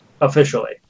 officially